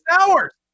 hours